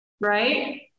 Right